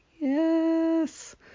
Yes